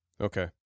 Okay